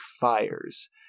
fires